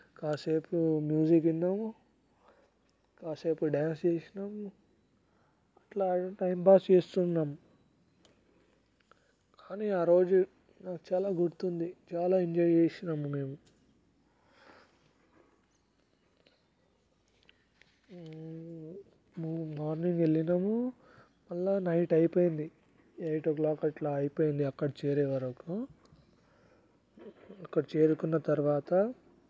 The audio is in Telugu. కాసేపు మ్యూజిక్ విన్నాము కాసేపు డాన్స్ చేసినాం ఇట్లా టైంపాస్ చేస్తున్నాం కానీ ఆరోజు నాకు చాలా గుర్తుంది చాలా ఎంజాయ్ చేసినాము మేము మార్నింగ్ వెళ్ళినాము మళ్ళీ నైట్ అయిపోయింది ఎయిట్ ఓ క్లాక్ అట్లా అయిపోయింది అక్కడ చేరేవరకు అక్కడ చేరుకున్న తర్వాత